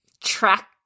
track